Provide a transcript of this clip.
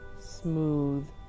smooth